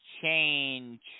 change